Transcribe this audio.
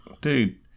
dude